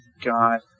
God